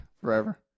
forever